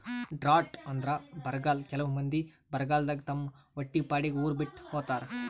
drought ಅಂದ್ರ ಬರ್ಗಾಲ್ ಕೆಲವ್ ಮಂದಿ ಬರಗಾಲದಾಗ್ ತಮ್ ಹೊಟ್ಟಿಪಾಡಿಗ್ ಉರ್ ಬಿಟ್ಟ್ ಹೋತಾರ್